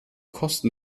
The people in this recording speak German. kosten